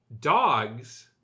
dogs